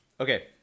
Okay